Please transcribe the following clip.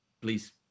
please